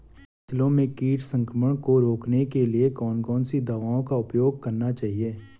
फसलों में कीट संक्रमण को रोकने के लिए कौन कौन सी दवाओं का उपयोग करना चाहिए?